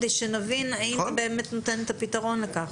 כדי שנבין האם זה באמת נותן את הפתרון לכך.